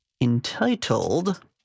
entitled